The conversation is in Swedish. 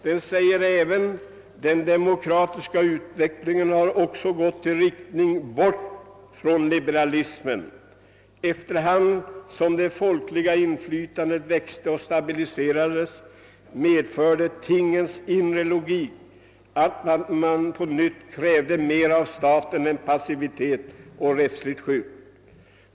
Ross skriver: »Den demokratiska utvecklingen har också gått i riktning bort från liberalismen. Efterhand som det folkliga inflytandet växte och stabiliserades, medförde tingens inre logik att man på nytt krävde mera av staten än passivitet och rättsligt skydd.